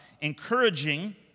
encouraging